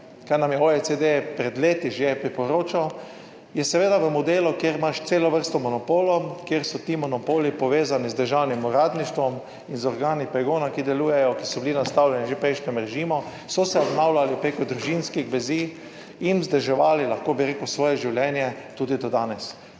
kar nam je OECD pred leti že priporočil, je seveda v modelu, kjer imaš celo vrsto monopolov, kjer so ti monopoli povezani z državnim uradništvom in z organi pregona, ki delujejo, ki so bili nastavljeni že v prejšnjem režimu, so se obnavljali preko družinskih vezi in vzdrževali, lahko bi rekel, svoje življenje tudi do danes.